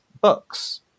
books